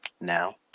Now